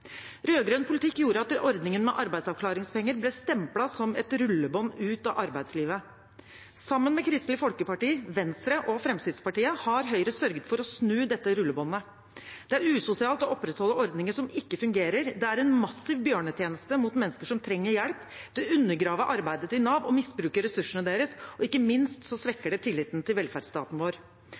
politikk gjorde at ordningen med arbeidsavklaringer ble stemplet som et rullebånd ut av arbeidslivet. Sammen med Kristelig Folkeparti, Venstre og Fremskrittspartiet har Høyre sørget for å snu dette rullebåndet. Det er usosialt å opprettholde ordninger som ikke fungerer, det er en massiv bjørnetjeneste mot mennesker som trenger hjelp, det undergraver arbeidet til Nav og misbruker ressursene deres, og ikke minst svekker det tilliten til velferdsstaten vår.